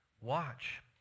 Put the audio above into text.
Watch